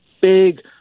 big